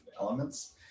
elements